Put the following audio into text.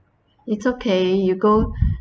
it's okay you go